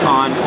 on